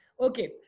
Okay